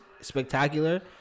spectacular